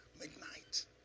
midnight